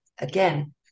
again